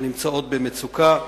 שנמצאות במצוקה,